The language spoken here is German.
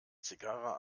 zigarre